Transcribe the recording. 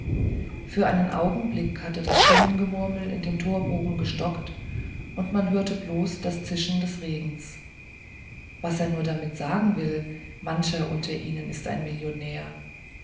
für einen augenblick hatte das stimmengemurmel in dem torbogen gestockt und man hörte bloß das zischen des regens was er nur damit sagen will mancher unter ihnen ist ein millionär